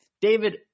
David